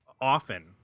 often